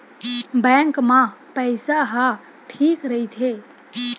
Bank मा पईसा ह ठीक राइथे?